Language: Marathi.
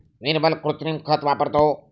निर्मल कृत्रिम खत वापरतो